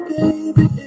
baby